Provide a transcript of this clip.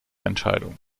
entscheidung